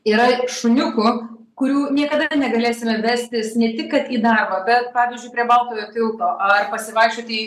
yra šuniukų kurių niekada negalėsime vestis ne tik kad į darbą bet pavyzdžiui prie baltojo tilto ar pasivaikščioti